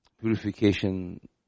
purification